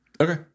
Okay